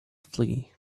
flee